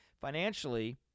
financially